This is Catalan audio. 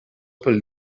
pel